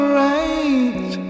right